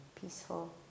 peaceful